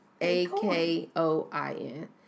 A-K-O-I-N